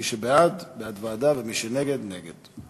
מי שבעד, בעד ועדה, ומי שנגד, נגד.